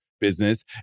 business